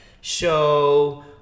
show